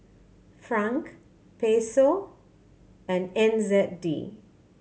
Franc Peso and N Z D